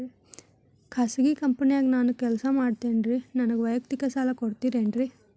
ಖಾಸಗಿ ಕಂಪನ್ಯಾಗ ನಾನು ಕೆಲಸ ಮಾಡ್ತೇನ್ರಿ, ನನಗ ವೈಯಕ್ತಿಕ ಸಾಲ ಕೊಡ್ತೇರೇನ್ರಿ?